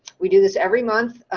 we do this every month,